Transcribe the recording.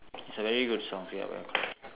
is a very good song fill up well